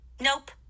Nope